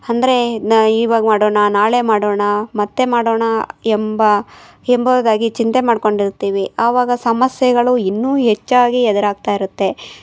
ಅಂದ್ರೆ ಇವಾಗ ಮಾಡೋಣ ನಾಳೆ ಮಾಡೋಣ ಮತ್ತೆ ಮಾಡೋಣ ಎಂಬ ಎಂಬೋದಾಗಿ ಚಿಂತೆ ಮಾಡ್ಕೊಂಡು ಇರ್ತೀವಿ ಅವಾಗ ಸಮಸ್ಯೆಗಳು ಇನ್ನೂ ಹೆಚ್ಚಾಗಿ ಎದುರಾಗ್ತಾ ಇರುತ್ತೆ